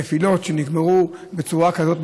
נפילות שנגמרו בצורה כזאת,